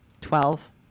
Twelve